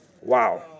Wow